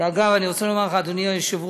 שאגב, אני רוצה לומר לך, אדוני היושב-ראש,